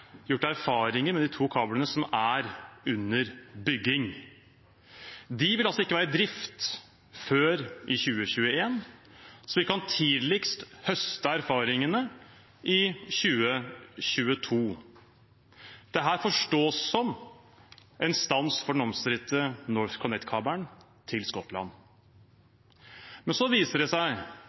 gjort erfaringer med de to kablene som er under bygging. De vil ikke være i drift før i 2021, så vi kan tidligst høste erfaringene i 2022. Dette forstås som en stans for den omstridte NorthConnect-kabelen til Skottland. Men så viser det seg